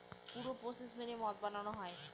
পুরো প্রসেস মেনে মদ বানানো হয়